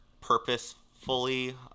purposefully